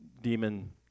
demon